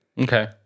Okay